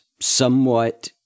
somewhat